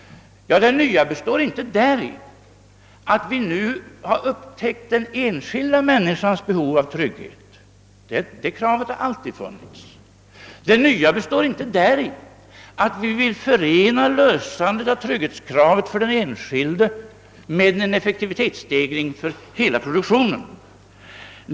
Det nya består inte däri att vi nu har upptäckt den enskilda människans behov av trygghet. Det kravet har alltid funnits i vårt program. Det nya består inte däri att vi vill förena ett tillgodoseende av trygghetskravet för den enskilde med en effektivitetsstegring för hela produktionen.